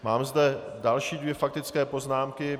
Mám zde další dvě faktické poznámky.